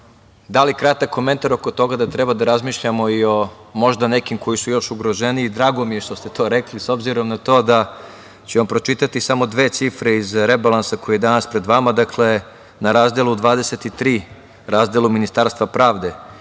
dali kratak komentar oko toga da treba da razmišljamo možda i o nekima koji su još ugroženiji, drago mi je što ste to rekli s obzirom na to da ću vam pročitati samo dve cifre iz rebalansa koji je danas pred vama. Dakle, na Razdelu 23, razdelu Ministarstva pravde